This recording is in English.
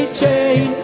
chain